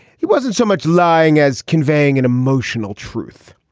he wasn't so much lying as conveying an emotional truth.